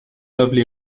lovely